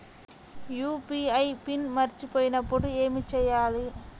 UPI PIN మరచిపోయినప్పుడు ఏమి చేయాలి?